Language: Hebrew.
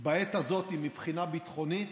בעת הזאת מבחינה ביטחונית,